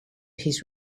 his